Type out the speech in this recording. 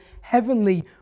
heavenly